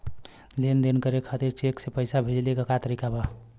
लेन देन करे खातिर चेंक से पैसा भेजेले क तरीकाका बा?